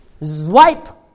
swipe